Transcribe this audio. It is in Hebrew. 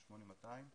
ב-8200,